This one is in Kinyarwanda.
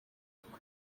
kuko